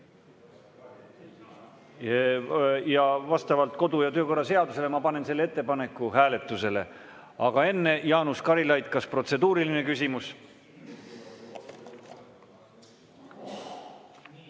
ja vastavalt kodu‑ ja töökorra seadusele ma panen selle ettepaneku hääletusele. Aga enne, Jaanus Karilaid, kas protseduuriline küsimus?